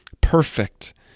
perfect